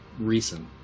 recent